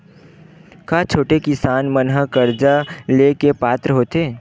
का छोटे किसान मन हा कर्जा ले के पात्र होथे?